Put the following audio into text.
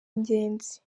ingenzi